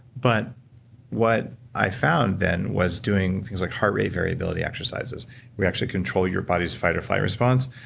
but what i found then was doing things like heart rate variability exercises would actually control your body's fight or flight response,